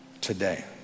Today